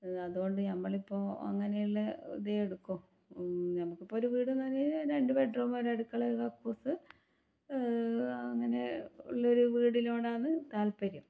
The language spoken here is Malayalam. അതുകൊണ്ട് നമ്മളിപ്പോൾ അങ്ങനെയുള്ള ഇതേ എടുക്കൂ നമുക്കിപ്പോൾ ഒരു വീട് മതി രണ്ട് ബെഡ്റൂമ് ഒരു അടുക്കള ഒരു കക്കൂസ് അങ്ങനെ ഉള്ളൊരു വീടിനോടാണ് താൽപ്പര്യം